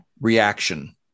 reaction